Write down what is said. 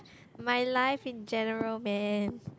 my life in general man